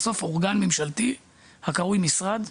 משרד,